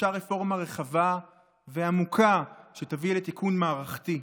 ודרושה רפורמה רחבה ועמוקה שתביא לתיקון מערכתי.